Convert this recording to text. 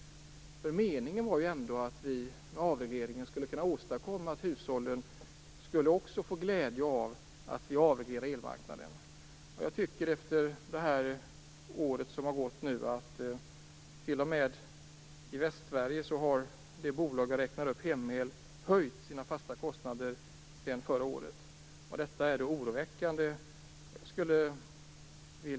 Meningen var ju ändå att hushållen också skulle kunna få glädje av att vi avreglerade elmarknaden. I Västsverige har Hem-El höjt sina fasta kostnader sedan förra året. Det är oroväckande.